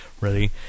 Ready